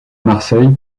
marseille